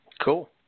Cool